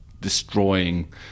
destroying